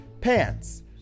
Pants